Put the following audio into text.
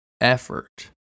effort